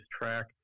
track